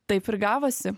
taip ir gavosi